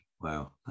Wow